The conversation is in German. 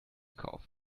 kaufen